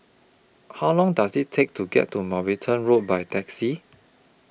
How Long Does IT Take to get to Mountbatten Road By Taxi